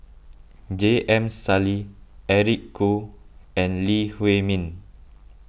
J M Sali Eric Khoo and Lee Huei Min